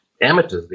amateurs